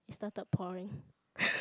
it started pouring